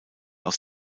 aus